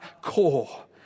core